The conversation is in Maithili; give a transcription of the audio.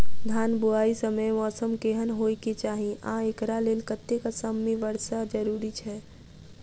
धान बुआई समय मौसम केहन होइ केँ चाहि आ एकरा लेल कतेक सँ मी वर्षा जरूरी छै?